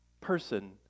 person